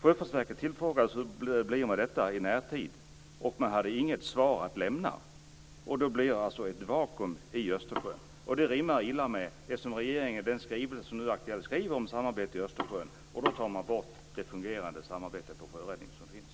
Sjöfartsverket har tillfrågats hur det blir med detta i närtid men man har inget svar att lämna. Därmed blir det ett vakuum i Östersjön. Det rimmar illa med regeringens nu aktuella skrivelse om samarbetet i Östersjön; detta samtidigt som man tar bort det fungerande samarbete inom sjöräddningen som finns.